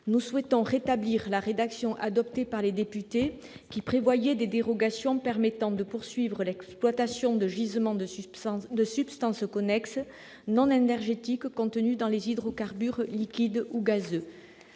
Nous souhaitons en effet rétablir la rédaction adoptée par les députés, qui prévoyait des dérogations permettant de poursuivre l'exploitation de gisements de substances connexes non énergétiques contenues dans les hydrocarbures liquides ou gazeux.